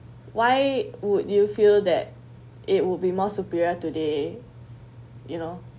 why would you feel that it would be more superior today you know